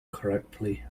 correctly